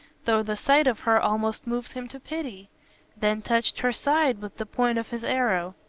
though the sight of her almost moved him to pity then touched her side with the point of his arrow.